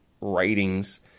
writings